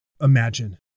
imagine